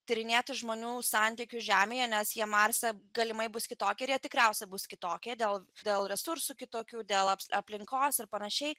tyrinėti žmonių santykių žemėje nes jie marse galimai bus kitokie ir tikriausiai bus kitokie dėl dėl resursų kitokių dėl aplinkos ir panašiai